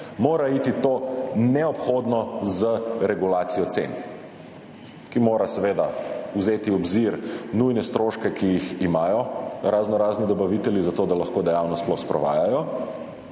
mora iti to neobhodno z regulacijo cen, ki mora seveda vzeti v obzir nujne stroške, ki jih imajo raznorazni dobavitelji zato, da lahko dejavnost sploh sprovajajo,